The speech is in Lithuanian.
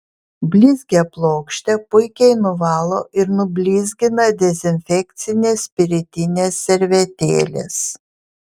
blizgią plokštę puikiai nuvalo ir nublizgina dezinfekcinės spiritinės servetėlės